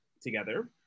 together